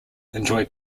enjoy